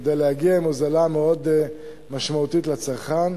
כדי להגיע להוזלה מאוד משמעותית לצרכן.